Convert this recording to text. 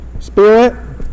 Spirit